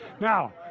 Now